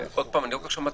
עוד פעם, אני לא כל כך שמעתי,